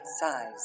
size